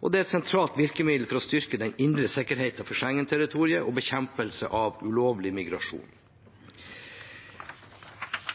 og det er et sentralt virkemiddel for å styrke den indre sikkerheten for Schengen-territoriet og bekjempelse av ulovlig migrasjon.